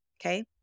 Okay